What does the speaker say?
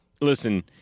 listen